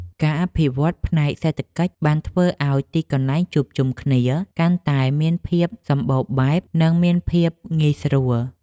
ការអភិវឌ្ឍផ្នែកសេដ្ឋកិច្ចបានធ្វើឱ្យទីកន្លែងជួបជុំគ្នាកាន់តែមានភាពសម្បូរបែប និងមានភាពងាយស្រួល។